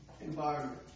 environment